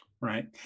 Right